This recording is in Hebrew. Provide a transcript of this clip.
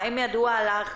האם ידוע לך